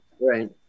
Right